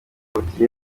buti